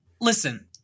Listen